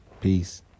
Peace